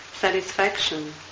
satisfaction